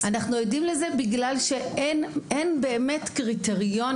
אנחנו עדים לזה בגלל שאין באמת קריטריונים